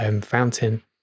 fountain